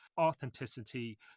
authenticity